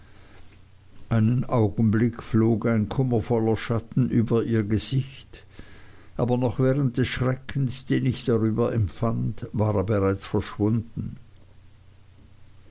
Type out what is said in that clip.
einen augenblick flog ein kummervoller schatten über ihr gesicht aber noch während des schreckens den ich darüber empfand war er bereits verschwunden